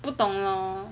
不懂咯 lor